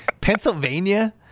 Pennsylvania